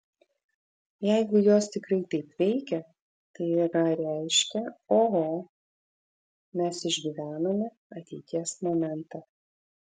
jeigu jos tikrai taip veikia tai yra reiškia oho mes išgyvename ateities momentą